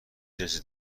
جنسی